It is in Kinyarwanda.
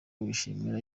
yishimira